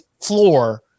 floor